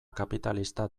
kapitalista